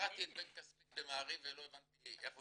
קראתי את בן כספית במעריב ולא הבנתי איך הוא